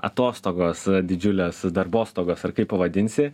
atostogos didžiulės darbostogos ar kaip pavadinsi